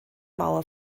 mauer